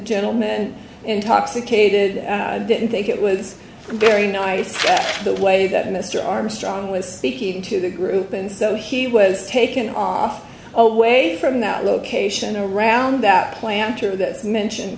gentleman intoxicated didn't think it was very nice the way that mr armstrong was speaking to the group and so he was taken off away from that location around that planter that mentioned